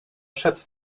schätzt